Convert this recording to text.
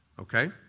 Okay